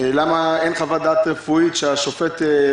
למה אין חוות דעת רפואית להביא